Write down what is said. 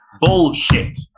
bullshit